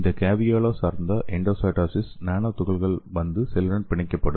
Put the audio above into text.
இந்த கேவியோலா சார்ந்த எண்டோசைட்டோசிஸில் நானோ துகள்கள் வந்து செல்லுடன் பிணைக்கப்படும்